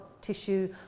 tissue